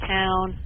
town